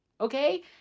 Okay